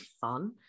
fun